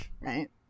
right